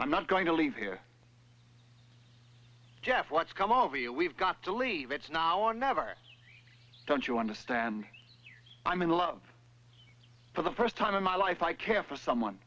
i'm not going to leave here jeff what's come over you we've got to leave it's now or never don't you understand i'm in love for the first time in my life i care for someone